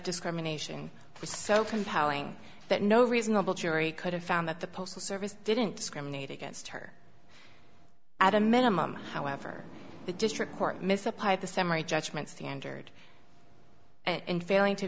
discrimination was so compelling that no reasonable jury could have found that the postal service didn't discriminate against her at a minimum however the district court misapplied the summary judgment standard and failing to